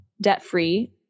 debt-free